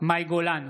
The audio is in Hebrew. מאי גולן,